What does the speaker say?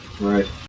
Right